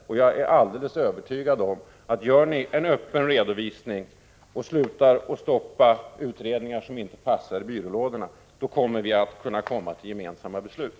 Och jag är alldeles övertygad om att om ni gör en öppen redovisning och slutar att stoppa utredningar, som inte passar, i byrålådorna, då kommer vi att kunna komma fram till gemensamma beslut.